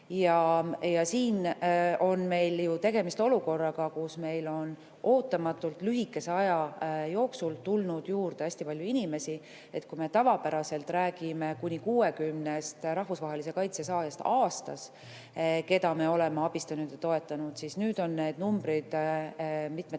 Siin on meil ju tegemist olukorraga, kus meile on ootamatult lühikese aja jooksul tulnud juurde hästi palju inimesi. Kui me tavapäraselt räägime aastas kuni 60-st rahvusvahelise kaitse saajast, keda me oleme abistanud ja toetanud, siis nüüd on neid mitmetes